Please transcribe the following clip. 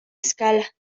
escala